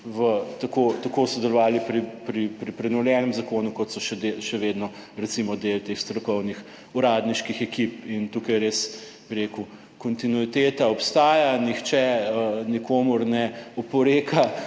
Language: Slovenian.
tako sodelovali pri prenovljenem zakonu kot so še vedno recimo del teh strokovnih uradniških ekip. In tukaj res, bi rekel, kontinuiteta obstaja, nihče nikomur ne oporeka